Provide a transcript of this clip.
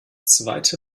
zweite